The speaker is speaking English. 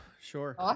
sure